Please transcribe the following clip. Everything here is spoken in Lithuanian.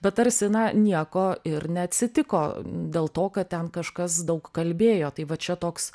bet tarsi na nieko ir neatsitiko dėl to kad ten kažkas daug kalbėjo tai va čia toks